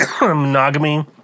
monogamy